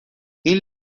این